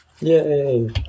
Yay